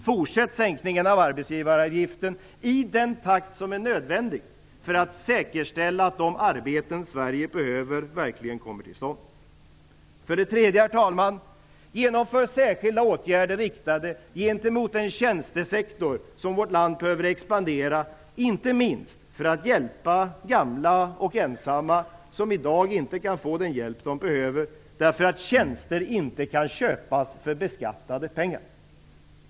Fortsätt sänkningen av arbetsgivaravgiften i den takt som är nödvändig för att säkerställa att de arbeten som Sverige behöver verkligen kommer till stånd. För det tredje, herr talman: Genomför särskilda åtgärder riktade gentemot den tjänstesektor som i vårt land behöver expandera, inte minst för att hjälpa gamla och ensamma, som i dag inte kan få den hjälp de behöver därför att tjänster inte kan köpas för beskattade pengar.